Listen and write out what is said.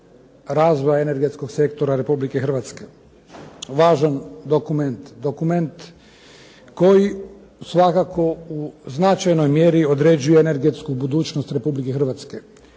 razvoja energetskog sektora Republike Hrvatske, važan dokument, dokument koji svakako u značajnoj mjeri određuje energetsku budućnost Republike Hrvatske